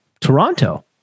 Toronto